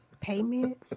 Payment